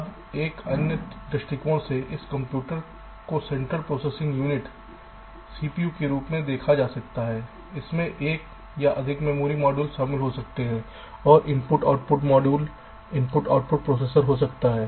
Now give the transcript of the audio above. अब एक अन्य दृष्टिकोण से इस कंप्यूटर को सेंट्रल प्रोसेसिंग यूनिट - सीपीयू के रूप में देखा जा सकता है इसमें एक या अधिक मेमोरी मॉड्यूल शामिल हो सकते हैं और I O module I O processor हो सकता है